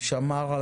זה ששמר על